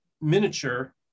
miniature